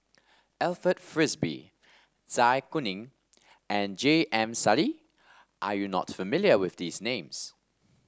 Alfred Frisby Zai Kuning and J M Sali are you not familiar with these names